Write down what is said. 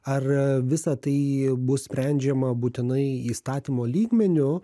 ar visa tai bus sprendžiama būtinai įstatymo lygmeniu